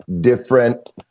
different